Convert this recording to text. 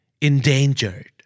Endangered